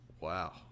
Wow